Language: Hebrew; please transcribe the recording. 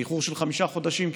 באיחור של חמישה חודשים כמעט,